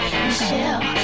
Michelle